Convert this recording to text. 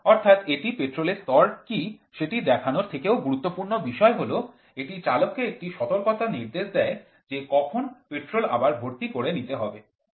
অর্থাৎ এটি পেট্রোলের স্তর কি সেটি দেখানোর থেকেও গুরুত্বপূর্ণ বিষয় হল এটি চালককে একটি সতর্কতা নির্দেশ দেয় যে কখন পেট্রোল আবার ভর্তি করে নিতে হবে